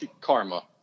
karma